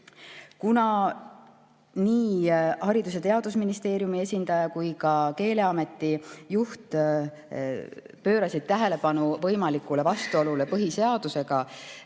Kuna nii Haridus- ja Teadusministeeriumi esindaja kui ka Keeleameti juht pöörasid tähelepanu võimalikule vastuolule põhiseadusega,